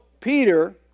Peter